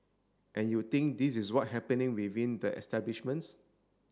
and you think this is what happening within the establishments